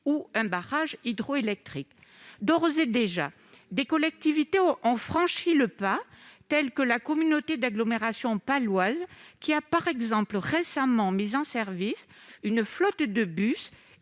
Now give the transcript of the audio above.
ou l'hydroélectricité. D'ores et déjà, des collectivités ont franchi le pas ; c'est le cas de la communauté d'agglomération paloise qui a, par exemple, mis récemment en service une flotte de bus